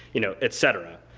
you know, etcetera.